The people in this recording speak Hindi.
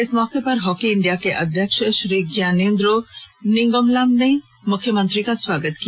इस मौके पर हॉकी इंडिया के अध्यक्ष श्री ज्ञानेन्द्रो निंगोमबाम ने मुख्यमंत्री का स्वागत किया